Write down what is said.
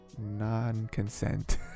non-consent